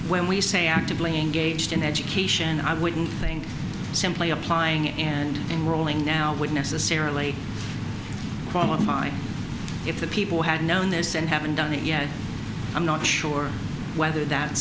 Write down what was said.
when we say actively engaged in education i wouldn't think simply applying and enrolling now would necessarily qualify if the people had known this and haven't done it yet i'm not sure whether that